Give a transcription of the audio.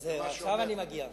עכשיו אני מגיע לזה.